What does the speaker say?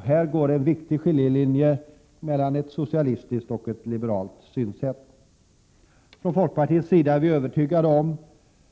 Här går en viktig skiljelinje mellan ett socialistiskt och ett liberalt synsätt. Inom folkpartiet är vi övertygade om